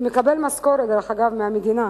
המקבל משכורת, דרך אגב, מהמדינה,